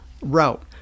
route